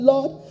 Lord